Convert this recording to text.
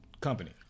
company